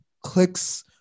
clicks